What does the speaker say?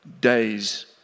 days